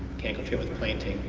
mechanical treatment with planting.